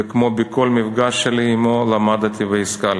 וכמו בכל מפגש שלי עמו למדתי והשכלתי.